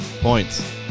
Points